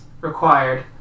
required